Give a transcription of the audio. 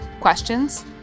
questions